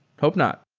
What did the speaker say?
hope not.